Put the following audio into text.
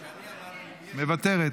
מוותרת,